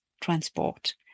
transport